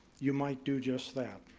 you might do just that.